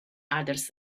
others